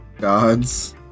gods